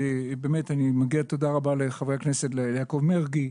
באמת מגיעה תודה רבה לחבר הכנסת יעקב מרגי,